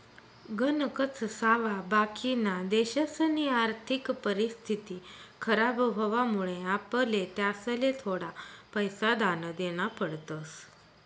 गणकच सावा बाकिना देशसनी आर्थिक परिस्थिती खराब व्हवामुळे आपले त्यासले थोडा पैसा दान देना पडतस